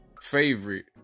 Favorite